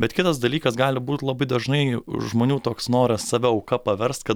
bet kitas dalykas gali būt labai dažnai žmonių toks noras save auka paverst kad